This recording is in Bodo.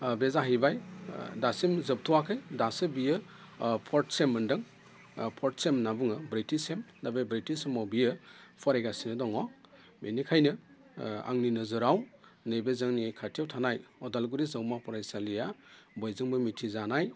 बे जाहैबाय दासिम जोबथ'याखै दासो बियो फर्थ सेम मोनदों फर्थ सेम होनना बुङो ब्रैथि सेम दा बे ब्रैथि सेमाव बियो फरायगासिनो दङ बेनिखायनो आंनि नोजोराव नैबे जोंनि खाथियाव थानाय अदालगुरि जौमा फरायसालिया बयजोंबो मिथिजानाय